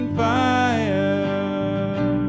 fire